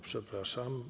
Przepraszam.